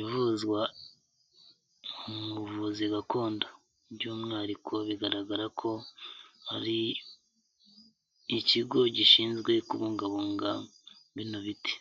ivuzwa mu buvuzi gakondo by'umwihariko bigaragara ko hari ikigo gishinzwe kubungabunga bino biti.